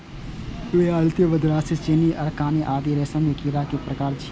विलायती, मदरासी, चीनी, अराकानी आदि रेशम के कीड़ा के प्रकार छियै